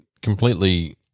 completely